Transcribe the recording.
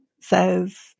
says